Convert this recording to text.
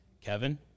Kevin